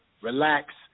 relax